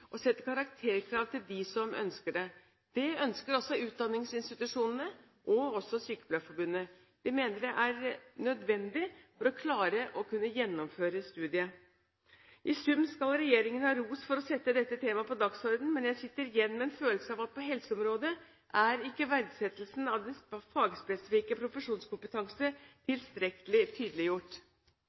sette karakterkrav til dem som ønsker det. Det ønsker også utdanningsinstitusjonene og Sykepleierforbundet. De mener det er nødvendig for å klare å kunne gjennomføre studiet. I sum skal regjeringen ha ros for å sette dette temaet på dagsordenen, men jeg sitter igjen med en følelse av at på helseområdet er ikke verdsettelsen av den fagspesifikke profesjonskompetansen tilstrekkelig tydeliggjort.